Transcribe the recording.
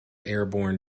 airborne